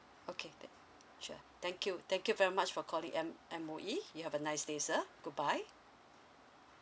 okay then sure thank you thank you very much for calling M M_O_E you have a nice day sir goodbye